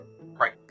right